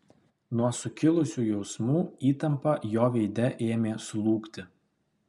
nuo sukilusių jausmų įtampa jo veide ėmė slūgti